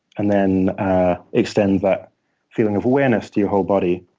and then extend that feeling of awareness to your whole body.